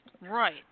Right